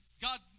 God